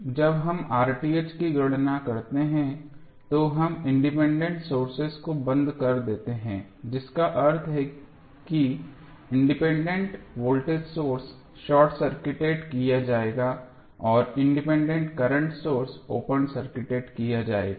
इसलिए जब हम की गणना करते हैं तो हम इंडिपेंडेंट सोर्सेज को बंद कर देते हैं जिसका अर्थ है कि independent voltage source short circuited किया जाएगा और independent current source open circuited किया जाएगा